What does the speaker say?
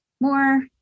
more